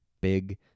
big